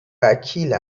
وکیل